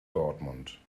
dortmund